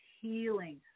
healing